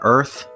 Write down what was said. Earth